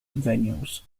venues